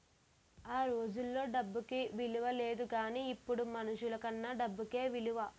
ఆ రోజుల్లో డబ్బుకి ఇలువ లేదు గానీ ఇప్పుడు మనుషులకన్నా డబ్బుకే ఇలువ